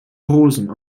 rosen